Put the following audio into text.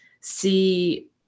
see